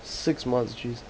six months jeez